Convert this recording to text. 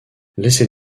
laissez